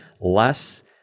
less